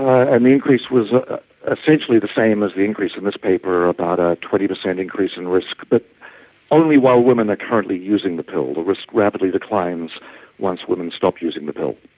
and the increase was essentially the same as the increase in this paper, about a twenty percent increase in risk, but only while women are currently using the pill. the risk rapidly declines once women stop using the pill.